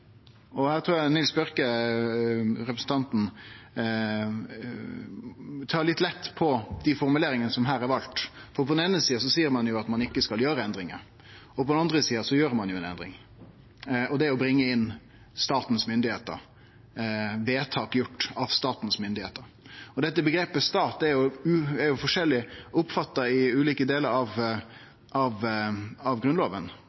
og eg trur representanten Nils T. Bjørke tar litt lett på formuleringane som er valde her. På den eine sida seier ein at ein ikkje skal gjere endringar. På den andre sida gjer ein ei endring, og det er å bringe inn «statens myndigheter», vedtak som er blitt gjort av «statens myndigheter». Omgrepet «stat» kan oppfattast forskjellig i ulike delar av Grunnlova, noko vi har gjort greie for i